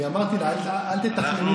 אני אמרתי לה: אל תתכנני,